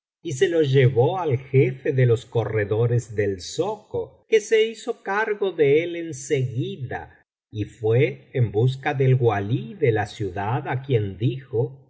y se lo llevó al jefe de los corredores del zoco que se hizo cargo de él en seguida y fué en busca del walí de la ciudad á quien dijo